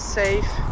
safe